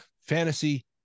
fantasy